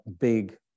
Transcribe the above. big